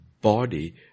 body